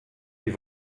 die